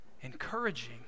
encouraging